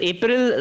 April